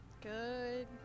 good